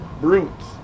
brutes